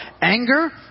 anger